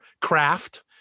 craft